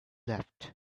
left